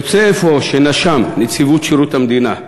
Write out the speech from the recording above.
יוצא אפוא שנש"מ, נציבות שירות המדינה,